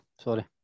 Sorry